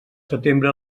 setembre